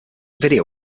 video